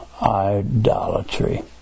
idolatry